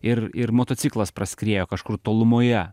ir ir motociklas praskriejo kažkur tolumoje